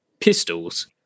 pistols